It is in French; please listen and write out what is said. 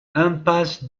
impasse